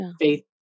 faith